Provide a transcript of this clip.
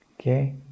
okay